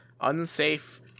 unsafe